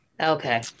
Okay